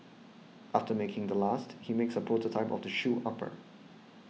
after making the last he makes a prototype of the shoe upper